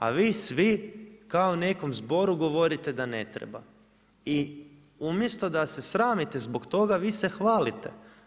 A vi svi kao u nekom zboru govorite da ne treba i umjesto da sramite zbog toga vi se hvalite.